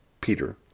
Peter